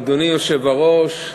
אדוני היושב-ראש,